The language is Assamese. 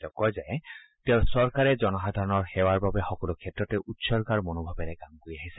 তেওঁ কয় যে তেওঁৰ চৰকাৰে জনসাধাৰণৰ সেৱাৰ বাবে সকলো ক্ষেত্ৰতে উৎসৰ্গাৰ মনোভাৱেৰে কাম কৰি আহিছে